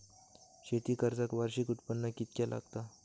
शेती कर्जाक वार्षिक उत्पन्न कितक्या लागता?